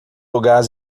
gás